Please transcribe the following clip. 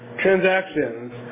transactions